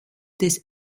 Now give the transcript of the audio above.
des